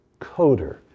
coder